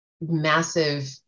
massive